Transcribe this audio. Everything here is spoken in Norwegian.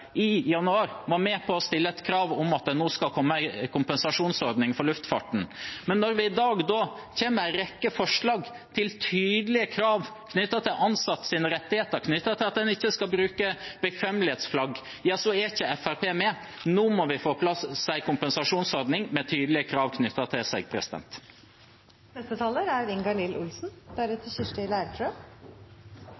nå skal komme en kompensasjonsordning for luftfarten. Men når vi i dag kommer med en rekke forslag til tydelige krav knyttet til ansattes rettigheter og at en ikke skal bruke bekvemmelighetsflagg, er ikke Fremskrittspartiet med. Nå må vi få på plass en kompensasjonsordning med tydelige krav. Pandemien har snudd opp ned på mye av det norske samfunnet, og luftfarten er